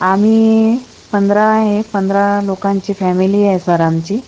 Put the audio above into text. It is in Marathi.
आम्ही पंधरा आहे पंधरा लोकांची फॅमिली आहे सर आमची